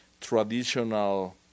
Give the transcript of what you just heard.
traditional